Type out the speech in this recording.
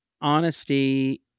honesty